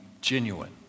genuine